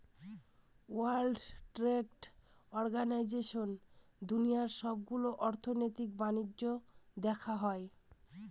world trade অর্গানাইজেশনে দুনিয়ার সবগুলো অর্থনৈতিক বাণিজ্য দেখা হয়